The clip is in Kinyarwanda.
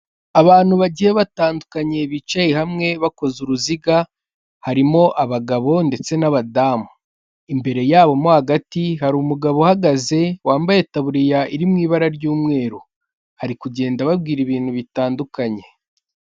Abantu bagiye batandukanye bicaye hamwe bakoze uruziga harimo abagabo ndetse n'abadamu, imbere yabo mo hagati hari umugabo uhagaze wambaye itaburiya iri mu ibara ry'umweru, ari kugenda ababwira ibintu bitandukanye.